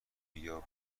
بیا